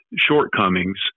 shortcomings